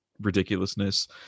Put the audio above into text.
ridiculousness